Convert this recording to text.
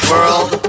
World